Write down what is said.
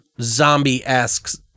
zombie-esque